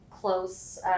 close